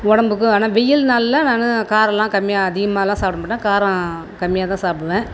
உடம்புக்கு ஆனால் வெயில் நாளில் நான் காரம்லாம் கம்மியாக அதிகமாலாம் சாப்பிடமாட்டேன் காரம் கம்மியாக தான் சாப்பிடுவேன்